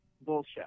bullshit